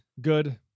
good